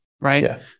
right